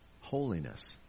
holiness